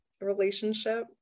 relationship